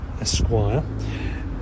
Esquire